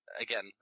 Again